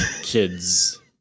kids